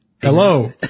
Hello